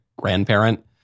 grandparent